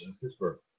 Pittsburgh